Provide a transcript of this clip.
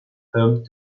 home